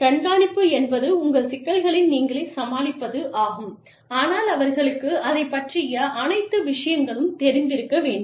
கண்காணிப்பு என்பது உங்கள் சிக்கல்களை நீங்களே சமாளிப்பதாகும் ஆனால் அவர்களுக்கு அதைப் பற்றிய அனைத்து விஷயங்களும் தெரிந்திருக்க வேண்டும்